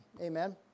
Amen